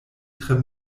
tre